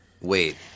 Wait